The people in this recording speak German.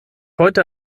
heute